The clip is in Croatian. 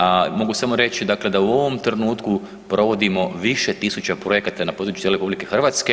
A mogu samo reći dakle da u ovom trenutku provodimo više tisuća projekata na području cijele RH.